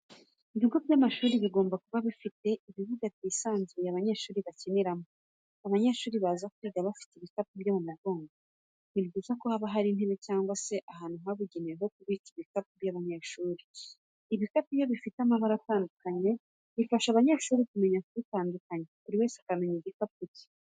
Ibigo by'amashuri bigomba kuba bifite ibibuga byisanzuye abanyeshuri bakiniramo. Abanyeshuri baza kwiga bafite ibikapu byo mu mugongo, ni byiza ko haba hari intebe cyangwa se ahantu habugenewe ho kubika ibikapu by'abanyeshuri. Ibikapu iyo bifite amabara atandukanye bifasha abanyeshuri kumenya kubitandukanya buri wese akamenya igikapu cye.